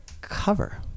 cover